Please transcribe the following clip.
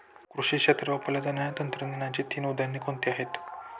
कृषी क्षेत्रात वापरल्या जाणाऱ्या तंत्रज्ञानाची तीन उदाहरणे कोणती आहेत?